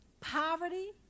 poverty